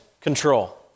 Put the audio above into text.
control